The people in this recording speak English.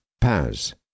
Paz